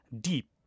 deep